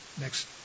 next